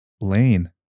lane